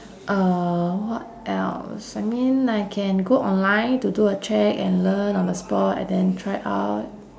uh what else I mean I can go online to do a check and learn on the spot and then try out